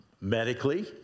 medically